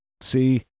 See